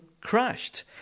crashed